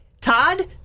Todd